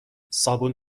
صابون